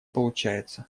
получается